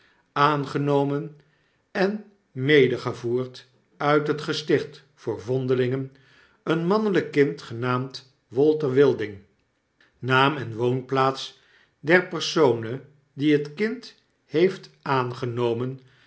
aangenomen en medegevoerd nit het gesticht voor vondelingen een manneiyk kind genaamd walter wilding naam en woonplaats der persone die het kind heeft aangenomen